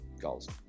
goals